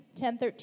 10.13